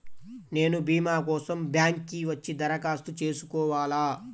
నేను భీమా కోసం బ్యాంక్కి వచ్చి దరఖాస్తు చేసుకోవాలా?